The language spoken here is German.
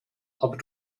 aber